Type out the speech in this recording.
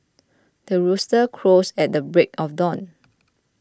the rooster crows at the break of dawn